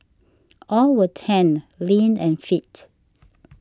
all were tanned lean and fit